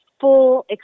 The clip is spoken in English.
full